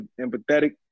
empathetic